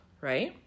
right